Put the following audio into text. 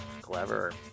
Clever